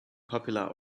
popular